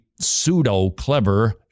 pseudo-clever